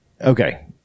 okay